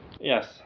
yes